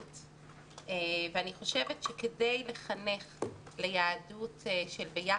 חושבת שכדי לחנך ליהדות של ביחד,